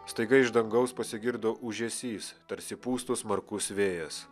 staiga iš dangaus pasigirdo ūžesys tarsi pūstų smarkus vėjas